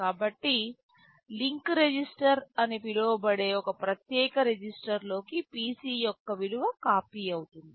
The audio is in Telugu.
కాబట్టి లింక్ రిజిస్టర్ అని పిలువబడే ఒక ప్రత్యేక రిజిస్టర్లోకి PC యొక్క విలువ కాపీ అవుతుంది